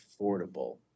affordable